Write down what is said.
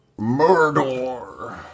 Mordor